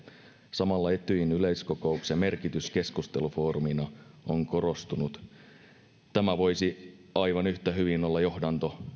samalla etyjin yleiskokouksen merkitys keskustelufoorumina on korostunut tämä voisi aivan yhtä hyvin olla johdanto